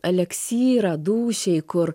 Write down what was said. eleksyrą dūšiai kur